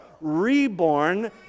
reborn